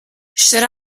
should